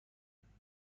فروخته